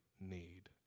need